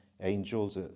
angels